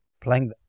playing